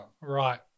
right